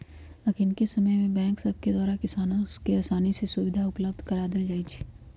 अखनिके समय में बैंक सभके द्वारा किसानों के असानी से सुभीधा उपलब्ध करा देल जाइ छइ